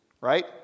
right